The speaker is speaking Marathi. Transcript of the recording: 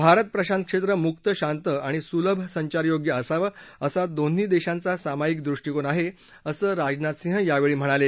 भारत प्रशांत क्षेत्र मुक्त शांत आणि सुलभ संचारयोग्य असावं असा दोन्ही देशांचा सामाईक दृष्टिकोन आहे असं राजनाथ सिंह यावेळी म्हणाले